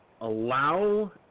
allow